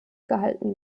gehalten